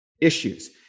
issues